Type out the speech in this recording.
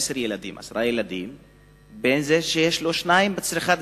עשרה ילדים ובין זה שיש לו שניים בצריכה,